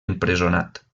empresonat